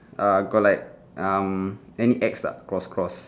ah got like um any X lah cross cross